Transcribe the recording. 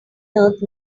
earth